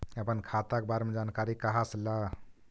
अपन खाता के बारे मे जानकारी कहा से ल?